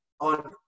on